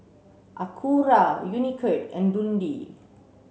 Acura Unicurd and Dundee